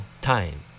time